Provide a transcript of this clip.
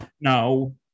No